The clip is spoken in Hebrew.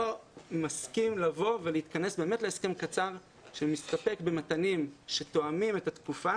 מסכים לבוא ולהתכנס להסכם קצר שמסתפק במתנים שתואמים את התקופה